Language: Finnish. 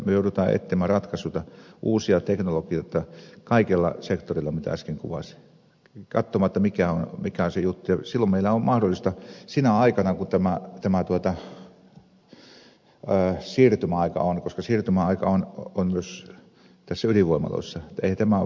me joudumme etsimään ratkaisuja uusia teknologioita kaikilla sektoreilla mitä äsken kuvasin katsomatta mikä on se juttu ja silloin meillä on mahdollista tehdä se sinä aikana kun tämä siirtymäaika on koska siirtymäaika on myös näissä ydinvoimaloissa eihän tämä ole pysyvä